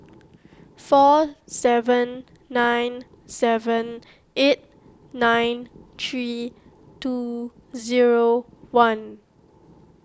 four seven nine seven eight nine three two zero one